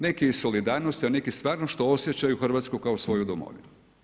Neki iz solidarnosti a neki stvarno što osjećaju Hrvatsku kao svoju domovinu.